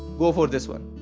go for this one.